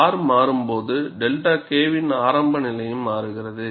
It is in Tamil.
R மாறும்போது 𝛅 K வின் ஆரம்ப நிலையும் மாறுகிறது